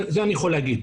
זה אני יכול להגיד.